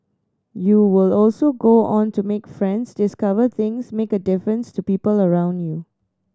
you will also go on to make friends discover things make a difference to people around you